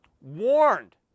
warned